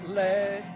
let